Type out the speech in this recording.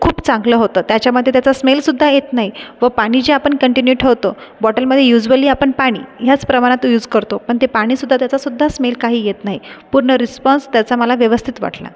खूप चांगलं होतं त्याच्यामध्ये त्याचा स्मेलसुद्धा येत नाही व पाणी जे आपण कंटिन्यू ठेवतो बॉटलमध्ये युज्वली आपण पाणी ह्याच प्रमाणात युज करतो पण ते पाणीसुद्धा त्याचासुद्धा स्मेल काही येत नाही पूर्ण रिस्पॉन्स त्याचा मला व्यवस्थित वाटला